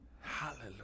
Hallelujah